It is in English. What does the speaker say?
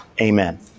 Amen